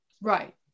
Right